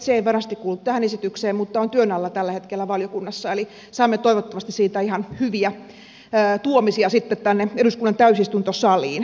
se ei varmasti kuulu tähän esitykseen mutta on työn alla tällä hetkellä valiokunnassa eli saamme toivottavasti siitä ihan hyviä tuomisia sitten tänne eduskunnan täysistuntosaliin